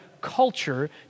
culture